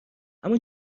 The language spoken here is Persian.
اما